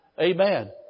Amen